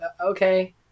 okay